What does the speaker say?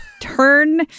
turn